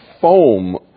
foam